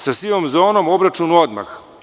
Sa sivom zonom obračun odmah.